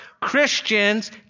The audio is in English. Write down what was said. Christians